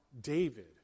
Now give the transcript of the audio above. David